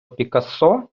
пікассо